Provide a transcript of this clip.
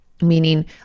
meaning